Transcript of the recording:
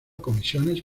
comisiones